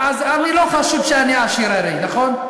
אני, לא חושבים שאני עשיר הרי, נכון?